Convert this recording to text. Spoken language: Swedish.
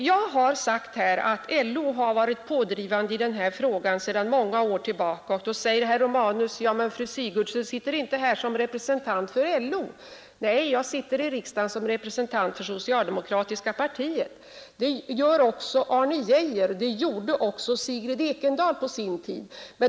Jag har sagt att LO har varit pådrivande i den här frågan sedan många år tillbaka. Herr Romanus säger då att jag inte sitter här som representant för LO. Nej, jag sitter i riksdagen som representant för socialdemokratiska partiet. Det gör också Arne Geijer, det gjorde också Sigrid Ekendahl på sin tid.